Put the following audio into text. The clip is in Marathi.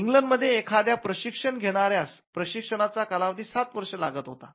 इंग्लंडमध्ये एखाद्या प्रशिक्षण घेणाऱ्यास प्रशिक्षणाचा कालावधी सात वर्षे लागत होता